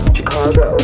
Chicago